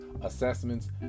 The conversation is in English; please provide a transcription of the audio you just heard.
assessments